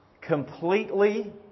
Completely